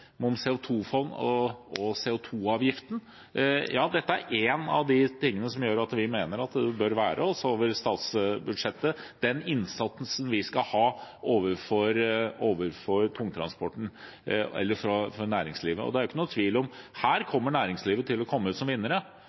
Ja, dette er en av de tingene som gjør at vi mener at det også bør være over statsbudsjettet, den innsatsen vi skal ha overfor tungtransporten, eller for næringslivet. Det er jo ikke noen tvil om at her kommer næringslivet til å komme ut som vinnere.